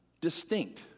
distinct